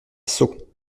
sceaux